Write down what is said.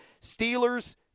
Steelers